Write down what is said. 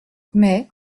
mais